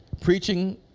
preaching